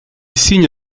signe